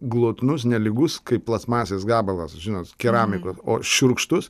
glotnus nelygus kaip plastmasės gabalas žinot keramika o šiurkštus